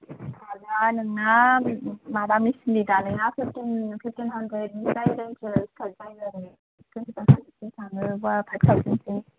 पातआ नोंना माबा मेसिन नि दानाया फिफ्टिन हानड्रेड नि जोमग्रा थानाय बायोबा फाइभ थावजेन सिम